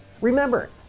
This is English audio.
Remember